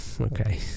okay